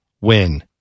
win